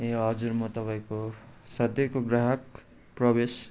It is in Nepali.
ए हजुर म तपाईँको सधैँको ग्राहक प्रवेश